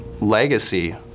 legacy